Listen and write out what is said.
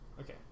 Okay